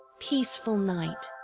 peaceful night!